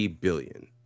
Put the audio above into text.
billion